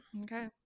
Okay